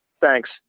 Thanks